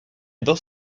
dos